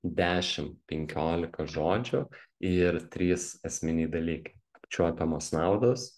dešim penkiolika žodžių ir trys esminiai dalykai apčiuopiamos naudos